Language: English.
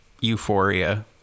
Euphoria